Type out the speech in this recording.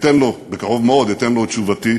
בקרוב מאוד, אתן לו את תשובתי.